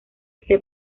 este